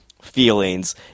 Feelings